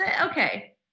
Okay